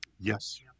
Yes